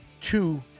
two